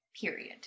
Period